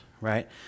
right